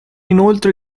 inoltre